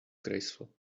graceful